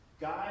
Guys